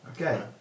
Okay